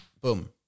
boom